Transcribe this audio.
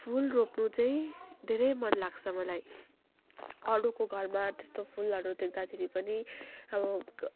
फुल रोप्नु चाहिँ धेरै मन लाग्छ मलाई अरूको घरमा त्यस्तो फुलहरू देख्दाखेरि पनि अब